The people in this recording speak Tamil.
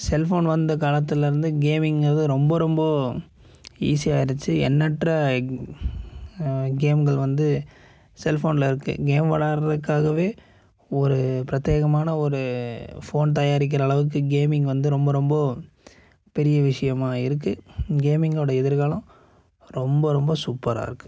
செல்ஃபோன் வந்த காலத்துலயிருந்து கேமிங்கிறது ரொம்ப ரொம்ப ஈஸியாக இருந்துச்சு எண்ணற்ற கேம்கள் வந்து செல்ஃபோனில இருக்கு கேம் விளாடறத்துக்காகவே ஒரு பிரத்யேகமான ஒரு ஃபோன் தயாரிக்கிற அளவுக்கு கேமிங் வந்து ரொம்ப ரொம்ப பெரிய விஷயமாக இருக்குது கேமிங்கோட எதிர்காலம் ரொம்ப ரொம்ப சூப்பராக இருக்குது